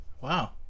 Wow